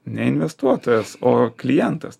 ne investuotojas o klientas